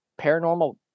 paranormal